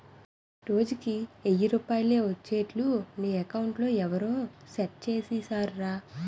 రోజుకి ఎయ్యి రూపాయలే ఒచ్చేట్లు నీ అకౌంట్లో ఎవరూ సెట్ సేసిసేరురా